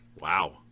wow